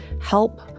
help